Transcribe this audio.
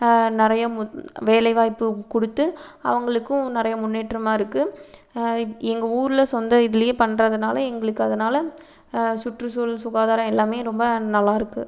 நிறைய வேலை வாய்ப்பு கொடுத்து அவங்களுக்கும் நிறைய முன்னேற்றமாக இருக்கு எங்கள் ஊரில் சொந்த இதுலேயே பண்ணுறதுனால எங்களுக்கு அதனால சுற்றுசூழல் சுகாதாரம் எல்லாம் ரொம்ப நல்லாயிருக்கு